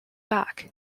back